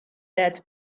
that